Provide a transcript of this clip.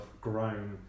grown